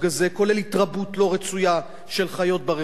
כולל התרבות לא רצויה של חיות ברחוב,